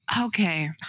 Okay